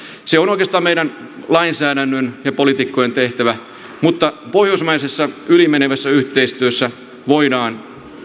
se on oikeastaan meidän lainsäädännön ja poliitikkojen tehtävä mutta pohjoismaisessa ylimenevässä yhteistyössä voidaan